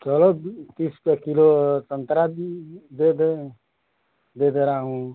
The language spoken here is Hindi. चलो तीस रुपया किलो संतरा भी दे दे दे दे रहा हूँ